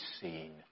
seen